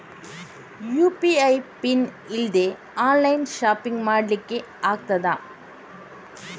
UPI pin ಇಲ್ದೆ online shopping ಮಾಡ್ಲಿಕ್ಕೆ ಆಗ್ತದಾ?